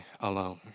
alone